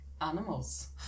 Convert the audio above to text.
Animals